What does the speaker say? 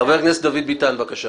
חבר הכנסת מיקי לוי, בבקשה.